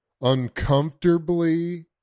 uncomfortably